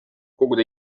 koguda